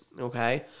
okay